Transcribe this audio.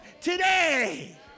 today